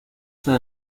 son